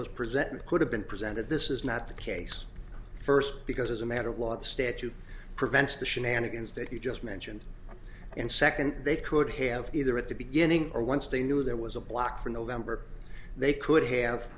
was presented could have been presented this is not the case first because as a matter of law the statute prevents the shenanigans that you just mentioned and second they could have either at the beginning or once they knew there was a block for november they could have